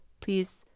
please